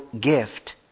gift